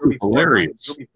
hilarious